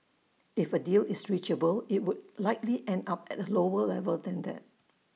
if A deal is reachable IT would likely end up at A lower level than that